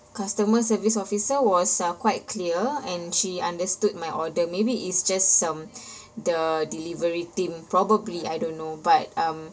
customer service officer was uh quite clear and she understood my order maybe it's just um the delivery team probably I don't know but um